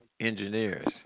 engineers